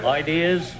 ideas